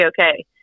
okay